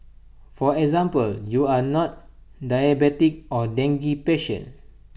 for example you are not diabetic or dengue patient